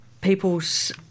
people's